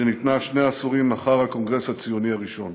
שניתנה שני עשורים אחר הקונגרס הציוני הראשון.